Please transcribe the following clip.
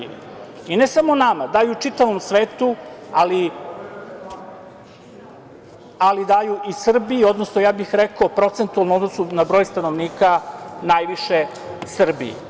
I ne samo nama, daju čitavom svetu, ali daju i Srbiji, odnosno, ja bih rekao, procentualno u odnosu na broj stanovnika, najviše Srbiji.